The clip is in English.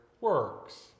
works